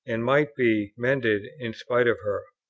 and might be mended in spite of her.